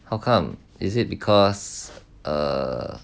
how come is it because uh